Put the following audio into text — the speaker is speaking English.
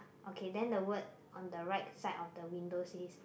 okay then the word on the right side of the window says